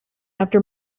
after